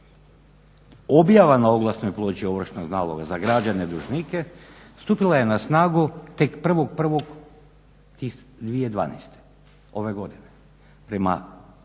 Objava na oglasnoj ploči ovršnog naloga za građane dužnike stupila je na snagu tek 1.1.2012., ove godine prema članku